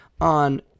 on